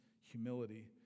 humility